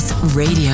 Radio